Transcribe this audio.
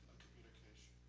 communication.